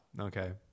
okay